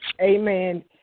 Amen